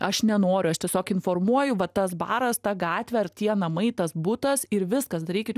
aš nenoriu aš tiesiog informuoju va tas baras ta gatvę ar tie namai tas butas ir viskas darykit